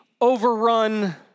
overrun